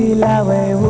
la la